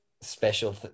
special